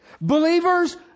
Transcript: Believers